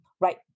right